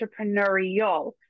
entrepreneurial